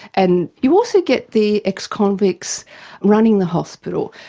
and you also get the ex-convicts running the hospital.